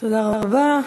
תודה רבה.